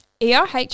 ERH